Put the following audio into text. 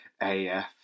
AF